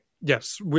Yes